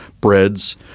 breads